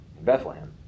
Bethlehem